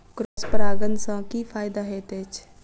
Cross परागण सँ की फायदा हएत अछि?